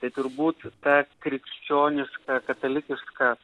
tai turbūt tas krikščioniška katalikiška